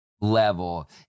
Level